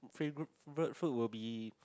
favourite food will be